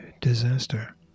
disaster